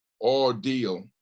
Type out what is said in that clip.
ordeal